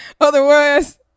Otherwise